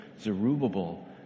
Zerubbabel